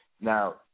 Now